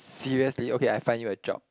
seriously okay I find you a job